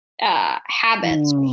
Habits